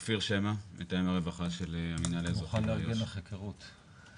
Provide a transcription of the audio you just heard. אני מתאם הרווחה של המינהל האזרחי באיו"ש.